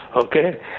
okay